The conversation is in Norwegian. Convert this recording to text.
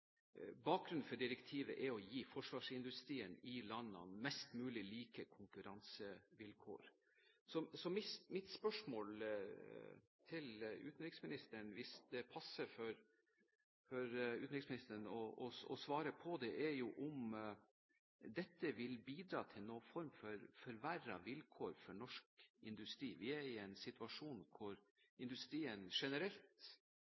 Bakgrunnen for direktivet er å gi forsvarsindustrien i landene mest mulig like konkurransevilkår. Mitt spørsmål til utenriksministeren – hvis det passer for ham å svare på det – er om dette vil bidra til noen form for forverrede vilkår for norsk industri. Vi er i en situasjon